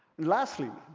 lastly,